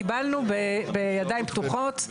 קיבלנו בידיים פתוחות.